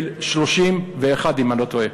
של 31, אם אני לא טועה.